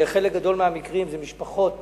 בחלק גדול מהמקרים אלה משפחות